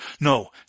No